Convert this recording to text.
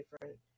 different